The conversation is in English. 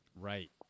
Right